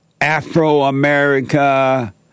Afro-America